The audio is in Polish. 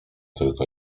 tylko